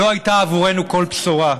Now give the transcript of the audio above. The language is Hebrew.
לא הייתה עבורנו כל בשורה.